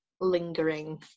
lingering